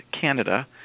Canada